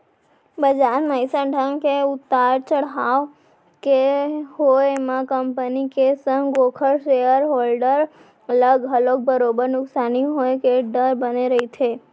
बजार म अइसन ढंग के उतार चड़हाव के होय म कंपनी के संग ओखर सेयर होल्डर ल घलोक बरोबर नुकसानी होय के डर बने रहिथे